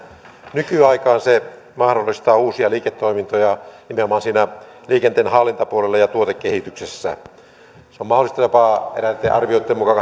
nykyaikaan se mahdollistaa uusia liiketoimintoja nimenomaan liikenteen hallintapuolella ja tuotekehityksessä eräitten arvioitten mukaan